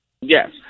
Yes